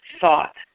thought